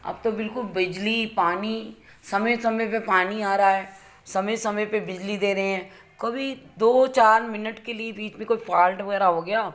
अब तो बिलकुल बिजली पानी समय समय पर पानी आ रहा समय समय पर बिजली दे रहे हैं कभी दो चार मिनट के लिए बीच में कोई फॉल्ट वगैरह हो गया